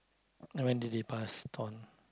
when did he pass on